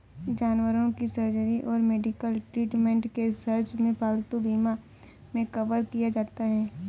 जानवरों की सर्जरी और मेडिकल ट्रीटमेंट के सर्च में पालतू बीमा मे कवर किया जाता है